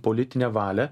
politinę valią